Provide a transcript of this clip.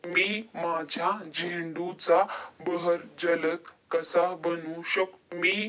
मी माझ्या झेंडूचा बहर जलद कसा बनवू शकतो?